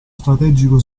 strategico